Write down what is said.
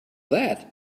that